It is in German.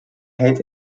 hält